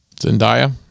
Zendaya